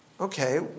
Okay